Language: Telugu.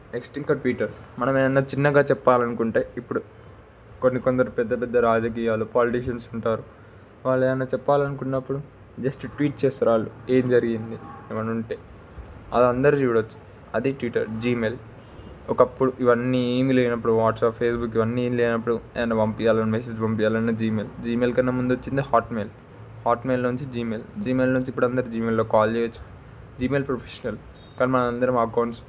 నెక్స్ట్ ఇంకా ట్విట్టర్ మనం ఏదైనా చిన్నగా చెప్పాలని అనుకుంటే ఇప్పుడు కొన్ని కొందరు పెద్ద పెద్ద రాజకీయాలు పొలిటిషన్స్ ఉంటారు వాళ్ళు ఏదైనా చెప్పాలని అనుకున్నపుడు జస్ట్ ట్వీట్ చేస్తారు వాళ్ళు ఏం జరిగింది ఏమైనా ఉంటే అది అందరూ చూడవచ్చు అది ట్విట్టర్ జిమెయిల్ ఒకప్పుడు ఇవన్నీ ఏం లేనప్పుడు వాట్సాప్ ఫేస్బుక్ ఇవన్నీ ఏం లేనప్పుడు ఏమైనా పంపించాలన్నా మెసేజ్ పంపించాలన్నా జిమెయిల్ జిమెయిల్కన్నా ముందు వచ్చింది హాట్మెయిల్ హాట్మెయిల్లో నుంచి జిమెయిల్ జిమెయిల్లో నుంచి ఇప్పుడు అందరూ జిమెయిల్లో కాల్ చేయవచ్చు జిమెయిల్ ప్రొఫెషనల్ కానీ మన అందరి అకౌంట్స్